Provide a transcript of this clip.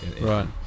Right